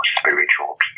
spiritual